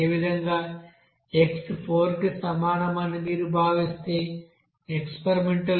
అదేవిధంగా x 4 కి సమానమని మీరు భావిస్తే ఎక్స్పెరిమెంటల్ వేల్యూ 6